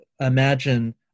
imagine